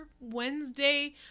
Wednesday